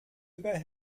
über